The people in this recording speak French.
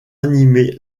animé